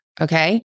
Okay